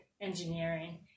engineering